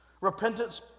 repentance